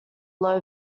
low